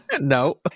no